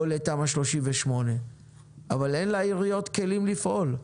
לתמ"א 38. אבל אין לעיריות כלים לפעול.